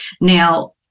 now